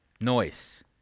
noise